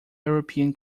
european